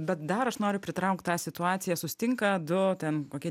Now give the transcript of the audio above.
bet dar noriu pritraukt tą situaciją susitinka du ten kokie